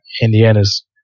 Indiana's